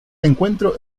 encuentro